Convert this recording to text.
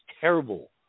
terrible